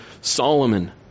Solomon